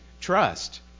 trust